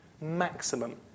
Maximum